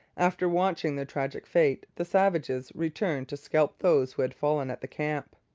after watching their tragic fate, the savages returned to scalp those who had fallen at the camp.